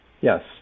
Yes